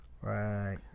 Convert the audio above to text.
right